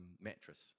mattress